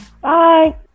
Bye